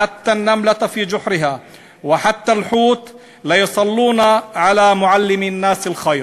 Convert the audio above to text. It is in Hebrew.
גם הנמלה בקן שלה ואף הלוויתן מאחלים טוב למורֵה האנשים".)